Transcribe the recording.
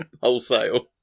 wholesale